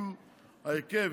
ההרכב,